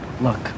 Look